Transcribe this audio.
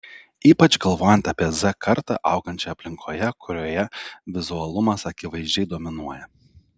ypač galvojant apie z kartą augančią aplinkoje kurioje vizualumas akivaizdžiai dominuoja